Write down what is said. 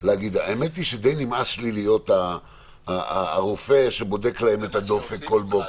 האמת היא שדי נמאס לי להיות הרופא שבודק להם את הדופק כל בוקר.